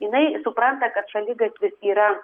jinai supranta kad šaligatvis yra